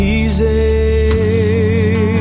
easy